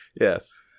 Yes